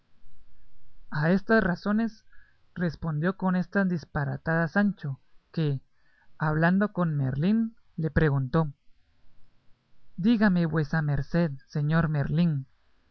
a estas razones respondió con éstas disparatadas sancho que hablando con merlín le preguntó dígame vuesa merced señor merlín